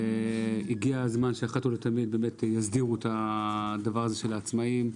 הגיע הזמן שאחת ולתמיד יסדירו את הדבר הזה של העצמאים.